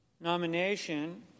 Nomination